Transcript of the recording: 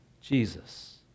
Jesus